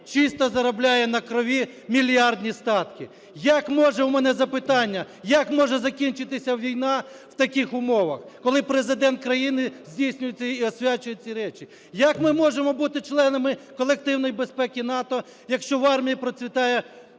чисто заробляє на крові мільярдні статки. Як може, у мене запитання, як може закінчитися війна в таких умовах, коли Президент країни здійснює і освячує ці речі? Як ми можемо бути членами колективної безпеки НАТО, якщо в армії